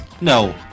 No